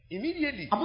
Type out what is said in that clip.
Immediately